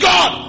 God